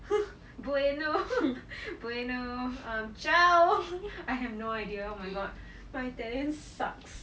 I have no idea oh my god my italian sucks